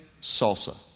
salsa